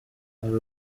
hari